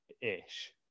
ish